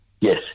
Yes